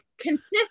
consistent